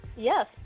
Yes